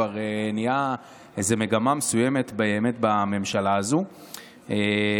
נהיה כבר באמת מגמה מסוימת בממשלה הזאת.